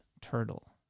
turtle